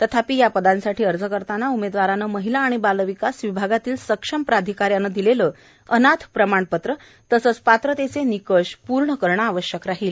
तथापि या पदांसाठी अर्ज करताना उमेदवाराने महिला आणि बालविकास विभागातील सक्षम प्राधिकाऱ्याने दिलेले अनाथ प्रमाणपत्र तसेच पात्रतेचे निकष पूर्ण करणे आवश्यक राहील